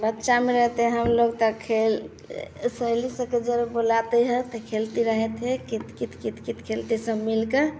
बच्चा में रहते हम लोग त खेल सहेली सखी जन बुलाते हैं तो खेलती रहे थे कि त कित कित खेलते सब मिलकर